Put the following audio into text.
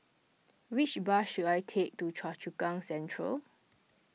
which bus should I take to Choa Chu Kang Central